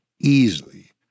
easily